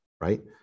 right